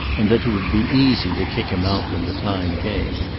and that it would be easy to kick him out when the time came.